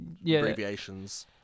abbreviations